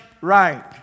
right